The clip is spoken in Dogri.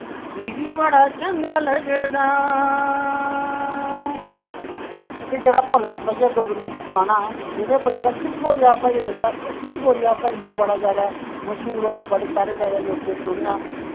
मिकी बड़ा चंगा लगदा एह् जेह्ड़ा सपाइया डोगरी गाना ऐ एह्दे उप्पर जेह्ड़ा सिद्ध गोरिया दा भजन लिखे दा एह् सिद्ध गोरिया दा भजन बी बड़ा ज्यादा मश्हूर होआ बड़ा सारे लोकैं सुनेआ